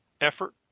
effort